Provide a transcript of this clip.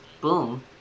boom